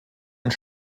und